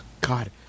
God